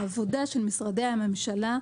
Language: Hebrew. העבודה של משרדי הממשלה,